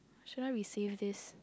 should I resave this